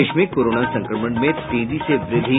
प्रदेश में कोरोना संक्रमण में तेजी से वृद्धि